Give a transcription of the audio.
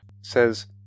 says